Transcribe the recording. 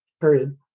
period